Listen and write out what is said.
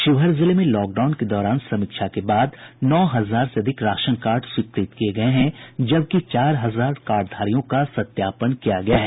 शिवहर जिले में लॉकडाउन के दौरान समीक्षा के बाद नौ हजार से अधिक राशन कार्ड स्वीकृत किये गये हैं जबकि चार हजार कार्डधारियों का सत्यापन किया गया है